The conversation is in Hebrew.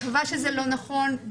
מקווה שזה לא נכון.